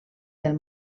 del